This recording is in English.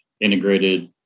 integrated